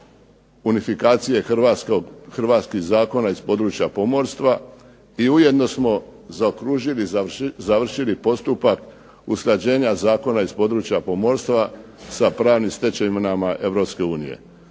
unifikacije hrvatskih zakona iz područja pomorstva i ujedno smo zaokružili, završili postupak usklađenja zakona iz područja pomorstva sa pravnim stečevinama